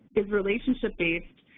is relationship based,